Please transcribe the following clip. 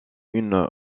une